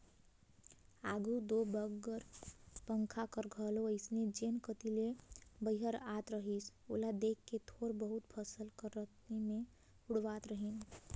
आघु दो बिगर पंखा कर घलो अइसने जेन कती ले बईहर आत रहिस ओला देख के थोर बहुत फसिल कर रहें मे उड़वात रहिन